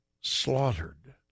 slaughtered